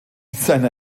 seiner